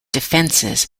defenses